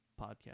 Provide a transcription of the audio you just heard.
podcast